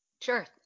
Sure